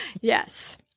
Yes